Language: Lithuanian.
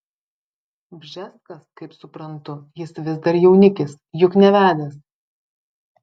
bžeskas kaip suprantu jis vis dar jaunikis juk nevedęs